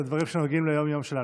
אלה דברים שנוגעים ליום-יום שלנו.